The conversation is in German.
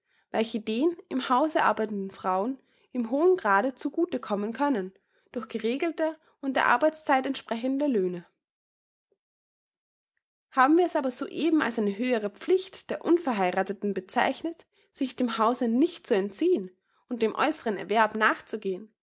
welche den im hause arbeitenden frauen in hohem grade zu gute kommen können durch geregelte und der arbeitszeit entsprechende löhne haben wir es aber soeben als eine höhere pflicht der unverheiratheten bezeichnet sich dem hause nicht zu entziehen und dem äußeren erwerb nachzugehen